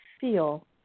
feel